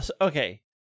Okay